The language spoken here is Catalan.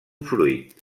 fruit